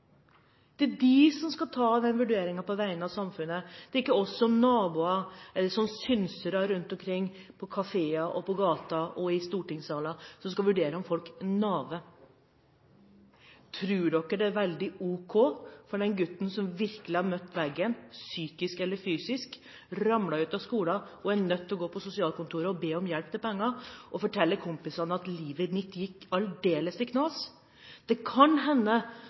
Det er de som skal ta den vurderingen på vegne av samfunnet. Det er ikke vi som naboer, eller som synsere rundt omkring på kafeer, på gaten og i stortingssalen, som skal vurdere om folk «naver». Tror en det er veldig ok for den gutten som virkelig har møtt veggen psykisk eller fysisk, har ramlet ut av skolen og er nødt til å gå på sosialkontoret og be om hjelp til penger, å fortelle kompisene at livet hans gikk aldeles i knas? Det kan hende